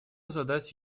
задать